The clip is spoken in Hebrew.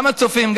גם הצופים,